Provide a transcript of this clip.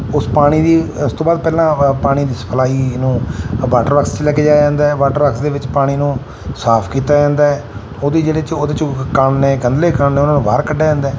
ਉਸ ਪਾਣੀ ਦੀ ਉਸ ਤੋਂ ਬਾਅਦ ਪਹਿਲਾਂ ਪਾਣੀ ਦੀ ਸਪਲਾਈ ਜਿਹਨੂੰ ਵਾਟਰ ਵਰਕਸ 'ਚ ਲੈ ਕੇ ਜਾਇਆ ਜਾਂਦਾ ਵਾਟਰਕਸ ਦੇ ਵਿੱਚ ਪਾਣੀ ਨੂੰ ਸਾਫ ਕੀਤਾ ਜਾਂਦਾ ਉਹਦੇ ਜਿਹੜੇ 'ਚ ਉਹਦੇ 'ਚ ਕਣ ਨੇ ਗੰਧਲੇ ਕਣ ਨੇ ਉਹਨਾਂ ਨੂੰ ਬਾਹਰ ਕੱਢਿਆ ਜਾਂਦਾ